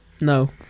No